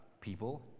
people